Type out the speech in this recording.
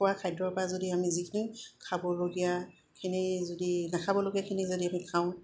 কোৱা খাদ্যৰ পৰা যদি আমি যিখিনি খাবলগীয়াখিনি যদি নাখাবলগীয়াখিনি যদি আমি খাওঁ